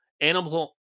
Animal